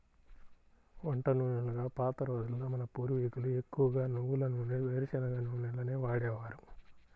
వంట నూనెలుగా పాత రోజుల్లో మన పూర్వీకులు ఎక్కువగా నువ్వుల నూనె, వేరుశనగ నూనెలనే వాడేవారు